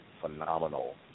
phenomenal